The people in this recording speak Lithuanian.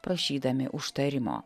prašydami užtarimo